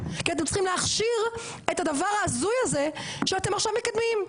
כי אתם צריכים להכשיר את הדבר ההזוי הזה שאתם עכשיו מקדמים.